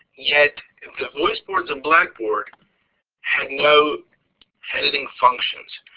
yet the voice boards on blackboard had no editing functions.